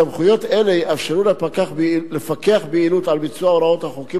סמכויות אלה יאפשרו לפקח ביעילות על ביצוע הוראות החוקים